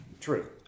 True